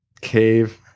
cave